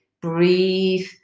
breathe